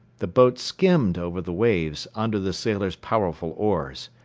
the boat skimmed over the waves under the sailors' powerful oars.